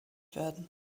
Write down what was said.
werden